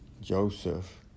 Joseph